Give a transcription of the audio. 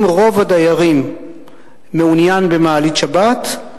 אם רוב הדיירים מעוניין במעלית שבת,